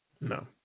No